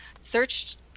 searched